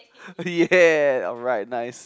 ya right nice